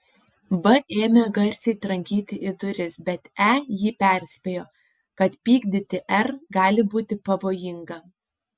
b ėmė garsiai trankyti į duris bet e jį perspėjo kad pykdyti r gali būti pavojinga